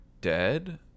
dead